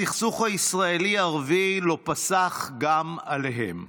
הסכסוך הישראלי-ערבי לא פסח גם עליהם.